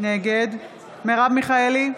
נגד מרב מיכאלי,